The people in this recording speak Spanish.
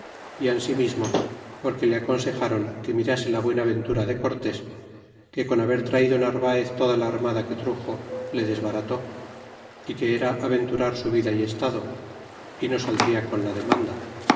y ansimismo porque le aconsejaron que mirase la buena ventura de cortés que con haber traido narvaez toda la armada que truxo le desbaraté y que era aventurar su vida y estado y no saldria con la demanda